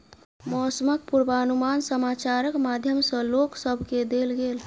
मौसमक पूर्वानुमान समाचारक माध्यम सॅ लोक सभ केँ देल गेल